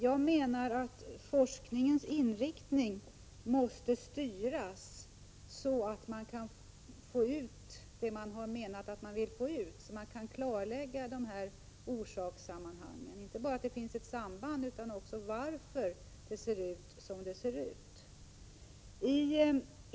Jag menar att forskningens inriktning måste styras så att man kan få ut det man har menat att man vill få ut, att man kan klarlägga orsakssammanhangen — alltså inte bara sambanden utan också varför det ser ut som det gör.